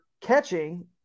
catching